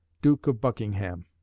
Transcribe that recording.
duke of buckingham.